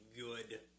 good